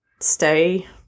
stay